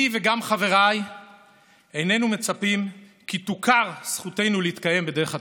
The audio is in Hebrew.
אני וגם חבריי איננו מצפים כי תוכר זכותנו להתקיים בדרך התורה.